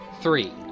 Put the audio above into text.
Three